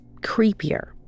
creepier